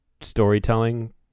storytelling